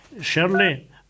Shirley